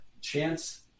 Chance